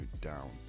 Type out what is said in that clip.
down